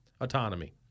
autonomy